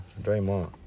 Draymond